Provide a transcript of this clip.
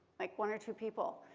like, one or two people.